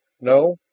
No